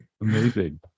amazing